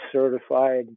certified